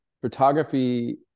photography